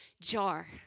jar